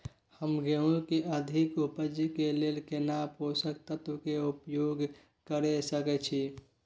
हम गेहूं के अधिक उपज के लेल केना पोषक तत्व के उपयोग करय सकेत छी?